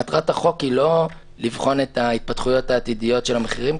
מטרת החוק היא לא לבחון את ההתפתחויות העתידיות של המחירים,